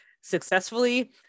successfully